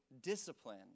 discipline